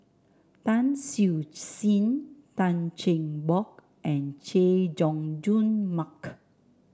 Tan Siew Sin Tan Cheng Bock and Chay Jung Jun Mark